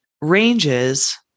ranges